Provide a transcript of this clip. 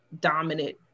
dominant